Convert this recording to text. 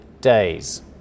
days